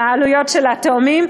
העלויות של התאומים.